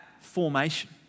formation